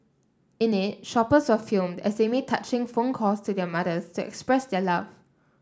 in it shoppers were filmed as they made touching phone calls to their mothers to express their love